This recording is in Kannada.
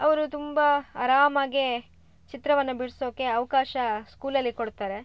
ಅವರು ತುಂಬ ಆರಾಮಾಗಿ ಚಿತ್ರವನ್ನು ಬಿಡಿಸೋಕೆ ಅವಕಾಶ ಸ್ಕೂಲಲ್ಲಿ ಕೊಡ್ತಾರೆ